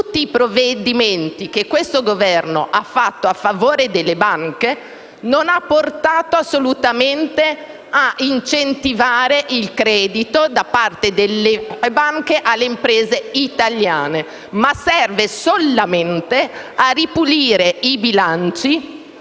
Tutti i provvedimenti che questo Governo ha fatto a favore delle banche non hanno portato assolutamente a incentivare il credito da parte delle banche alle imprese italiane. *(Applausi della